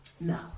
No